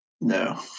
No